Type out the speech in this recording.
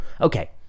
Okay